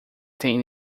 tem